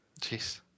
Jeez